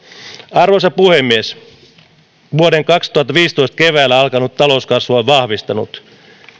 arvoisa puhemies vuoden kaksituhattaviisitoista keväällä alkanut talouskasvu on vahvistunut